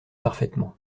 parfaitement